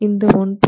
இந்த 1